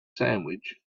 sandwich